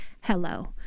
hello